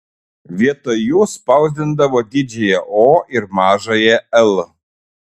vietoj jų spausdindavo didžiąją o ir mažąją l